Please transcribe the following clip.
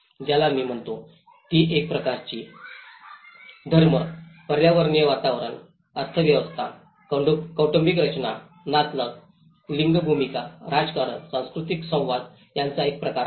ज्याला ती म्हणते ती एक प्रकारची धर्म पर्यावरणीय वातावरण अर्थव्यवस्था कौटुंबिक रचना नातलग लिंग भूमिका राजकारण सांस्कृतिक संवाद यांचा एक प्रकार आहे